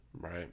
Right